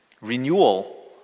Renewal